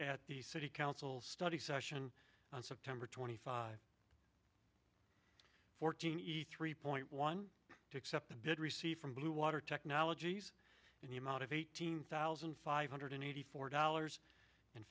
the city council study session on september twenty five fourteen eat three point one to accept the bid received from blue water technologies in the amount of eighteen thousand five hundred eighty four dollars and